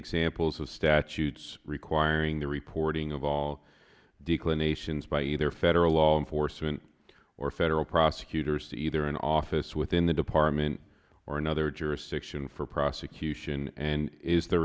examples of statutes requiring the reporting of all declinations by either federal law enforcement or federal prosecutors to either an office within the department or in their jurisdiction for prosecution and is the